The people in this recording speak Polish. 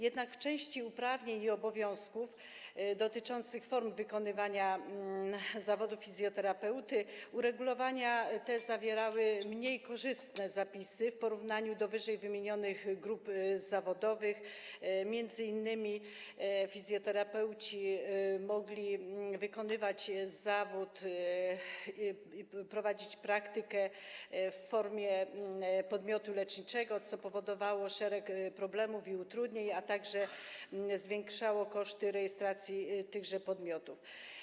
Jednak w części uprawnień i obowiązków dotyczących form wykonywania zawodu fizjoterapeuty uregulowania te zawierały zapisy mniej korzystne w porównaniu do ww. grup zawodowych, m.in. fizjoterapeuci mogli wykonywać zawód i prowadzić praktykę w formie podmiotu leczniczego, co powodowało szereg problemów i utrudnień, a także zwiększało koszty rejestracji tychże podmiotów.